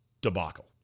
debacle